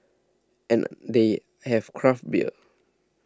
and they have craft beer